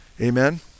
amen